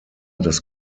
das